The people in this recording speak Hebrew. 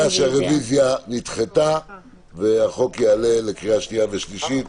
קובע שהרוויזיה נדחתה והחוק יעלה לקריאה שנייה ושלישית.